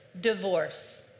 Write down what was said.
Divorce